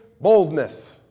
boldness